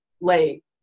late